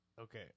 okay